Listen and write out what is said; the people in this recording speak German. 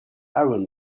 iron